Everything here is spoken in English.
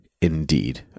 indeed